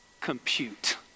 compute